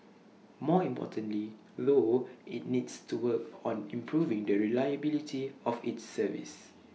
more importantly though IT needs to work on improving the reliability of its service